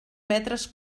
metres